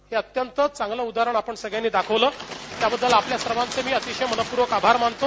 हे अत्यंत चांगलं उदाहरण आपण सगळ्यांनी दाखविलं त्याबद्दल आपल्या सर्वांचे मी अतिशय मनःपर्वक आभार मानतो